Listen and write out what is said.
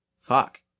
fuck